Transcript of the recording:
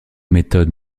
méthodes